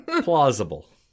Plausible